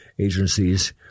agencies